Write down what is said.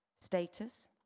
status